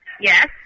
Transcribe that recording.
Yes